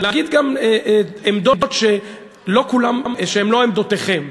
להגיד גם עמדות שהן לא עמדותיכם.